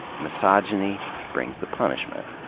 misogyny brings the punishment.